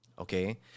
okay